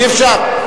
אי-אפשר.